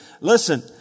listen